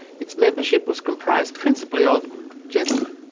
its membership was comprised principally of gentlemen,